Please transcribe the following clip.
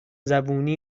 زبونی